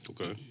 Okay